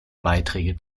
beiträge